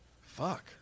Fuck